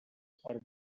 are